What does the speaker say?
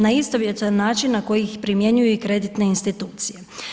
Na istovjetan način na koji ih primjenjuje i kreditne institucije.